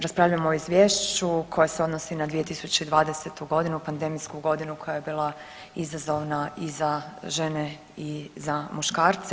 Raspravljamo o izvješću koje se odnosi na 2020.g., pandemijsku godinu koja je bila izazovna i za žene i za muškarce.